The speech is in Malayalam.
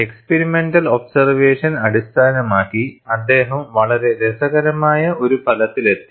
എക്സ്പിരിമെന്റൽ ഒബ്സെർവേഷൻ അടിസ്ഥാനമാക്കി അദ്ദേഹം വളരെ രസകരമായ ഒരു ഫലത്തിൽ എത്തി